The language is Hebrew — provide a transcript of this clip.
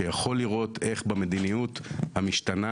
שיכול לראות איך במדיניות המשתנה